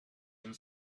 and